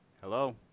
Hello